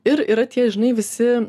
ir yra tie žinai visi